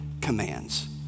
commands